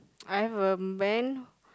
I've a man